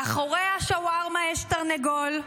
מאחורי השווארמה יש תרנגול,